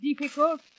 difficult